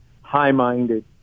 high-minded